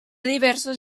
diverses